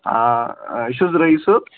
آ یہِ چھُ حظ رعیٖس صٲب